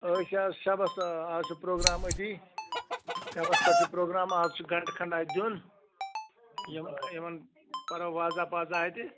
أسۍ چھِ اَز شَبس اَز چھُ پرٛوگرام أتی شَبس پٮ۪ٹھ چھُ پرٛوگرام اَز چھِ گنٹہٕ کھنٛڈا دیُن یِم یِمن پَرو وازا پازا اَتہِ